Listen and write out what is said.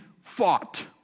fought